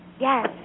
Yes